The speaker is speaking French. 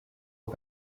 aux